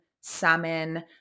salmon